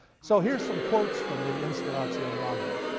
so here's some quotes from the instauratio magna.